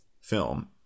film